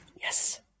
Yes